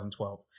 2012